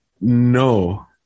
no